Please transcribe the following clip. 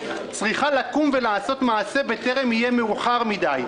צריכה לקום ולעשות מעשה בטרם יהיה מאוחר מידי.